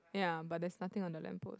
ya but there's nothing on the lamp post